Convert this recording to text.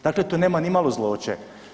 Dakle tu nema nimalo zloće.